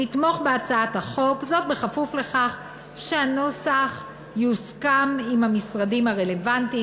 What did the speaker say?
לתמוך בהצעת החוק בכפוף לכך שהנוסח יוסכם עם המשרדים הרלוונטיים.